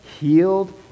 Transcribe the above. healed